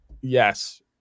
Yes